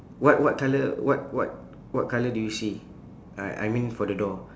what what colour what what what colour do you see I I mean for the door